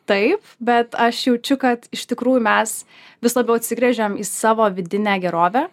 taip bet aš jaučiu kad iš tikrųjų mes vis labiau atsigręžiam į savo vidinę gerovę